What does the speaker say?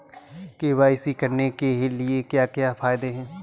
KYC करने के क्या क्या फायदे हैं?